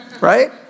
right